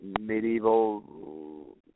medieval